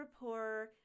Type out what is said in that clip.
rapport